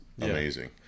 amazing